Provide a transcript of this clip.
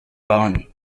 bauen